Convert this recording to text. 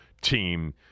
team